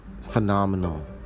phenomenal